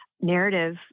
narrative